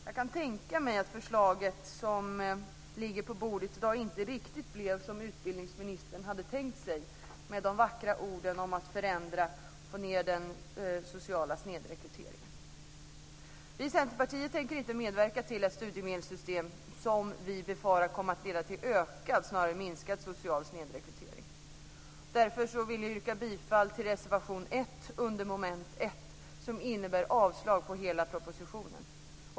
Jag kan tänka mig att förslaget som ligger på bordet i dag inte riktigt blev som utbildningsministern hade tänkt sig med de vackra orden om att förändra och få ned den sociala snedrekryteringen. Vi i Centerpartiet tänker inte medverka till ett studiemedelssystem som vi befarar kommer att leda till ökad snarare än minskad social snedrekrytering. Därför vill jag yrka bifall till reservation 2 under mom. 1, som innebär avslag på hela propositionen.